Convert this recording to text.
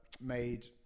made